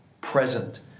present